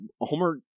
homer